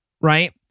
right